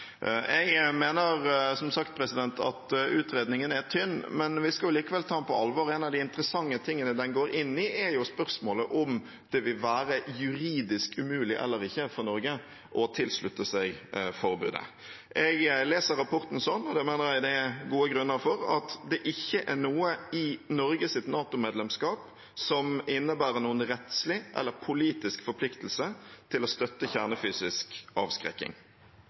Jeg mener, som sagt, at utredningen er tynn, men vi skal likevel ta den på alvor. Et av de interessante spørsmålene den går inn i, er spørsmålet om det vil være juridisk umulig eller ikke for Norge å tilslutte seg forbudet. Jeg leser rapporten slik, og det mener jeg det er gode grunner for, at det ikke er noe i Norges NATO-medlemskap som innebærer noen rettslig eller politisk forpliktelse til å støtte kjernefysisk avskrekking.